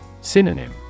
Synonym